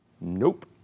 Nope